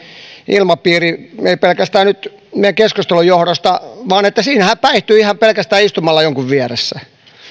ilmapiiri että ei pelkästään nyt meidän keskustelujemme johdosta vaan siinähän päihtyi ihan pelkästään istumalla jonkun vieressä